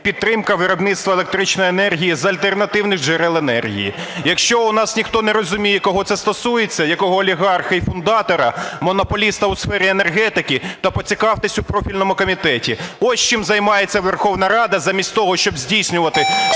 підтримка виробництва електричної енергії з альтернативних джерел енергії. Якщо у нас ніхто не розуміє, кого це стосується, якого олігарха і фундатора, монополіста у сфері енергетики, то поцікавтесь у профільному комітеті. Ось чим займається Верховна Рада замість того, щоб здійснювати